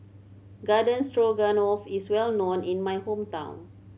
Garden Stroganoff is well known in my hometown